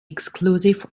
exclusive